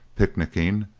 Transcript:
picnicking,